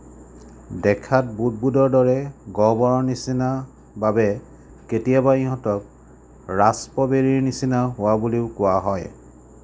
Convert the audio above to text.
দেখাত বুদবুদৰ দৰে গহ্বৰৰ নিচিনা বাবে কেতিয়াবা ইহঁতক ৰাস্পবেৰীৰ নিচিনা হোৱা বুলিও কোৱা হয়